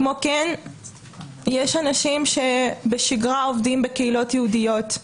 כמו כן יש אנשים שבשגרה עובדים בקהילות יהודיות,